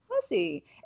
pussy